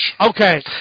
Okay